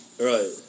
Right